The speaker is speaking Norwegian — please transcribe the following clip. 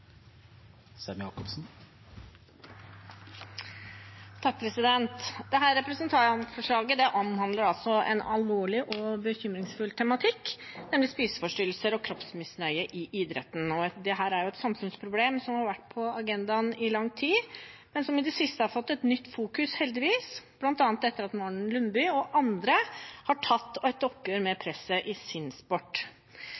representantforslaget omhandler en alvorlig og bekymringsfull tematikk, nemlig spiseforstyrrelser og kroppsmisnøye i idretten. Dette er et samfunnsproblem som har vært på agendaen i lang tid, men som i det siste har fått et nytt fokus, heldigvis, bl.a. etter at Maren Lundby og andre har tatt et oppgjør med